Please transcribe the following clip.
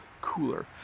cooler